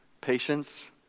patience